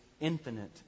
infinite